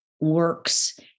works